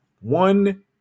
One